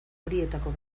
horietako